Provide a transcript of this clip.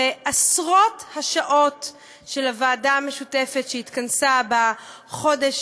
בעשרות השעות של הוועדה המשותפת שהתכנסה בחודש,